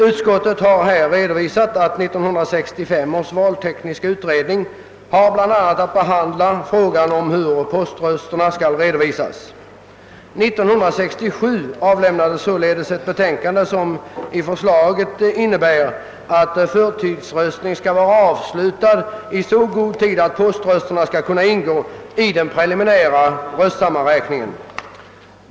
Utskottet har redovisat att 1965 års valtekniska utredning har att behandla bl.a. frågan om hur poströsterna skall redovisas. År 1967 avlämnades således ett betänkande, vars förslag innebär att förtidsröstningen skall vara avslutad i så god tid att poströsterna skall kunna ingå i den preliminära röstsammanräkningen.